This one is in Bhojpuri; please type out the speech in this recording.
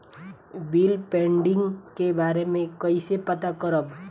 बिल पेंडींग के बारे में कईसे पता करब?